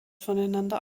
voneinander